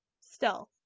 stealth